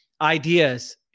ideas